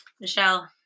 Michelle